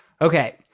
Okay